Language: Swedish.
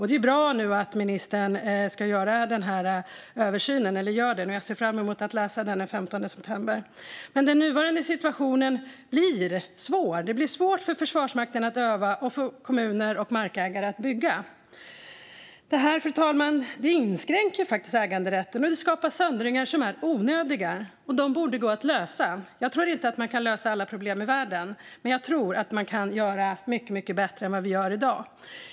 Det är bra att ministern nu gör denna översyn, och jag ser fram emot att läsa den den 15 september. Den nuvarande situationen blir dock svår. Det blir svårt för Försvarsmakten att öva och för kommuner och markägare att bygga. Det här, fru talman, inskränker äganderätten och skapar söndringar som är onödiga och som borde gå att lösa. Jag tror inte att man kan lösa alla problem i världen, men jag tror att man kan göra mycket bättre än man gör i dag.